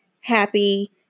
happy